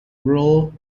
rural